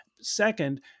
Second